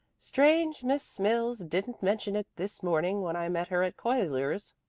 strange miss mills didn't mention it this morning when i met her at cuyler's.